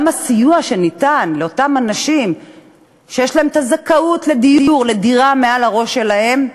גם הסיוע שניתן לאותם אנשים שיש להם זכאות לדיור לגג מעל הראש שלהם,